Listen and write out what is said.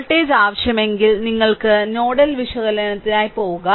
voltage ആവശ്യമെങ്കിൽ നിങ്ങൾക്ക് nodal വിശകലനത്തിനായി പോകാം